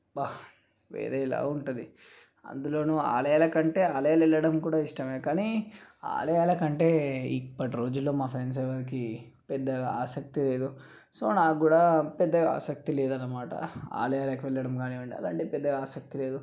అబ్బా వేరేలా ఉంటుంది అందులోనూ ఆలయాలకంటే ఆలయాలెళ్ళడం కూడా ఇష్టమే కానీ ఆలయాలకంటే ఇప్పటి రోజుల్లో మా ఫ్రెండ్స్ ఎవరికీ పెద్దగా ఆసక్తి లేదు సో నాక్కూడా పెద్దగా ఆసక్తి లేదనమాట ఆలయాలకు వెళ్ళడం కానివ్వండి అలాంటివి పెద్దగా ఆసక్తి లేదు